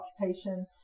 occupation